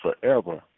forever